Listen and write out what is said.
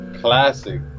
Classic